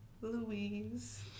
Louise